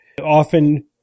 Often